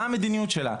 מה המדיניות שלה?